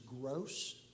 gross